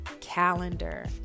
calendar